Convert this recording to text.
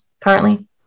currently